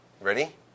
ready